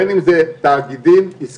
בין אם זה תאגידים עסקיים,